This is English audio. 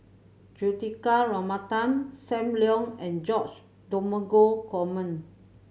Juthika Ramanathan Sam Leong and George Dromgold Coleman